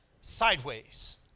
sideways